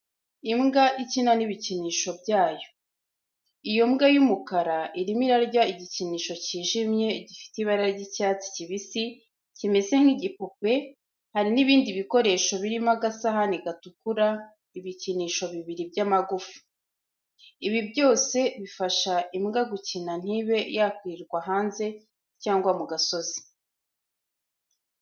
Imbwa ikina n'ibikinisho byayo. Iyo mbwa y'umukara irimo irarya igikinisho cyijimye gifite ibara ry'icyatsi kibisi kimeze nk'igipupe, hari n'ibindi bikoresho birimo agasahani gatukura, ibikinisho bibiri by'amagufa. Ibi byose bifasha imbwa gukina ntibe yakwirirwa hanze cyangwa mu gasozi.